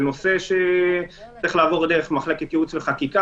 זה נושא שצריך לעבור דרך מחלקת ייעוץ וחקיקה,